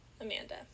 Amanda